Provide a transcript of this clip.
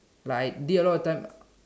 like I did a lot of time